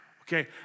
Okay